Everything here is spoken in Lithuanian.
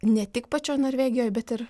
ne tik pačioj norvegijoj bet ir